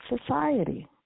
society